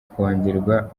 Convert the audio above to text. kongerwa